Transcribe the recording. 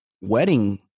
wedding